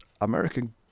American